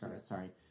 sorry